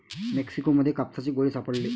Mexico मध्ये कापसाचे गोळे सापडले